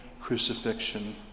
crucifixion